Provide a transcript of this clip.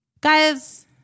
guys